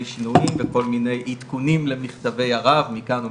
שינויים וכל מיני עדכונים למכתבי הרב מכאן ומשם.